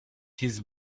his